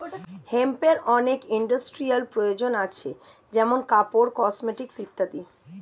হেম্পের অনেক ইন্ডাস্ট্রিয়াল প্রয়োজন আছে যেমন কাপড়, কসমেটিকস ইত্যাদি